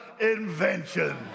invention